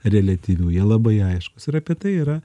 reliatyvių jie labai aiškūs ir apie tai yra